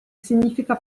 significa